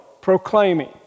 proclaiming